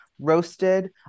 roasted